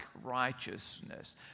righteousness